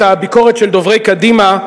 את הביקורת של דוברי קדימה,